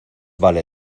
vale